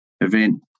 event